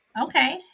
okay